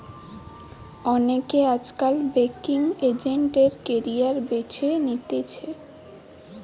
অনেকে আজকাল banking agent এর ক্যারিয়ার বেছে নিতেছে